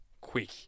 quick